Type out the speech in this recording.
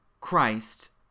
Christ